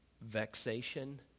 vexation